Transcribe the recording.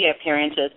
appearances